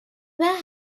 where